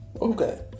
Okay